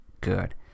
good